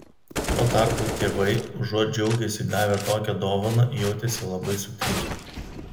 tuo tarpu tėvai užuot džiaugęsi gavę tokią dovaną jautėsi labai sutrikę